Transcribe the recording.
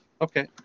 Okay